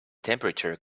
temperature